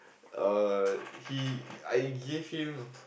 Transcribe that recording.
err he I gave him